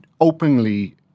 openly